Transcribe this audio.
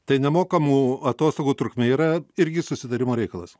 tai nemokamų atostogų trukmė yra irgi susitarimo reikalas